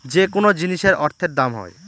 যেকোনো জিনিসের অর্থের দাম হয়